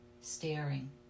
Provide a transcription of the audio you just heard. staring